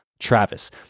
Travis